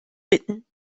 bitten